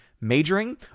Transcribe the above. majoring